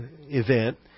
event